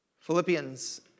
Philippians